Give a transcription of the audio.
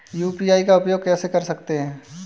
UPI का उपयोग कैसे कर सकते हैं?